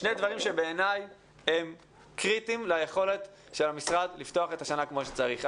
שני דברים שבעיני הם קריטיים ליכולת של המשרד לפתוח את השנה כמו שצריך.